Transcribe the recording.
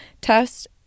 test